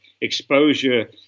exposure